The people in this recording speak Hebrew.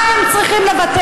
על מה הם צריכים לוותר?